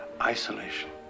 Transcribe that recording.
isolation